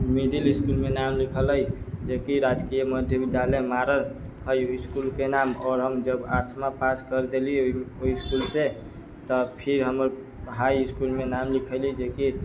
middle school मे नाम लिखऽलै जेकि राजकीय मध्य विद्यालय मारर हाइ इसकुल के नाम आओर हम जब आठमा पास कर लेली ओहि इसकुल से तऽ फिर हमर हाई इसकुल मे नाम लिखेली जे कि